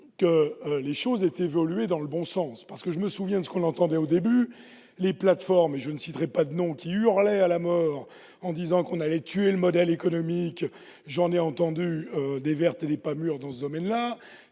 que les choses aient évolué dans le bon sens, car je me souviens de ce que l'on entendait au début. Les plateformes- je ne citerai pas de nom -hurlaient à la mort en disant qu'on allait tuer leur modèle économique ; j'en ai entendu des vertes et des pas mûres, dans ce domaine